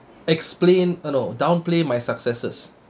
explain uh no downplay my successes